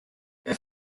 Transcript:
der